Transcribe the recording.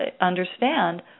understand